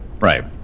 Right